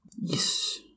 Yes